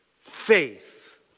faith